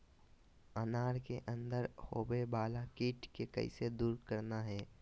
अनार के अंदर होवे वाला कीट के कैसे दूर करना है?